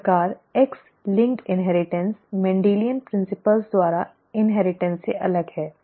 इस प्रकार X linked inheritance Mendelian सिद्धांतों द्वारा इनहेरिटेंस से अलग है